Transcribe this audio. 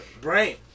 brain